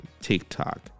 tiktok